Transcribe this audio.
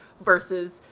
versus